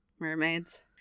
Mermaids